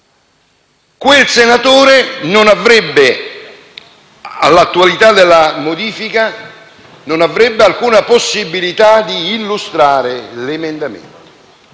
quel senatore non avrebbe all'attualità della modifica alcuna possibilità di illustrare l'emendamento.